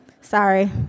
sorry